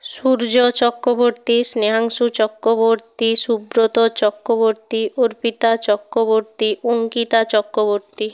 Surya Chakraborty Snehanshu Chakraborty Subrata Chakraborty Arpita Chakraborty Ankita Chakraborty